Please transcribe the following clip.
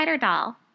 Doll